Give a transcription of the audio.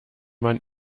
man